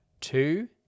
Two